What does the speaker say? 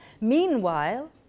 Meanwhile